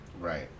Right